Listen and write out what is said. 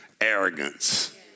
arrogance